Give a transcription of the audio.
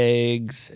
eggs